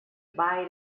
buy